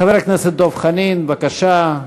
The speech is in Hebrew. חבר הכנסת דב חנין, בבקשה.